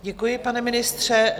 Děkuji, pane ministře.